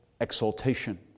exaltation